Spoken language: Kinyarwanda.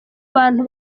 bantu